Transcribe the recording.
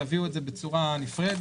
תביאו את זה בצורה נפרדת.